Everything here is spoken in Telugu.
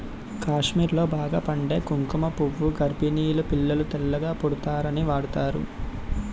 కాశ్మీర్లో బాగా పండే కుంకుమ పువ్వు గర్భిణీలు పిల్లలు తెల్లగా పుడతారని వాడుతారు